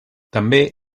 també